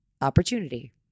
opportunity